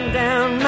down